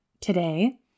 today